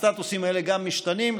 גם הסטטוסים האלה משתנים,